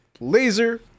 Laser